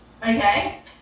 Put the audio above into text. Okay